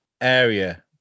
area